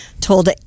told